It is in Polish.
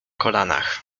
kolanach